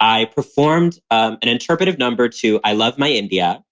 i performed performed an interpretive number to i love my india